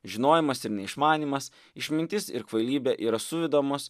žinojimas ir neišmanymas išmintis ir kvailybė yra suvedamos